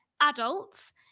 adults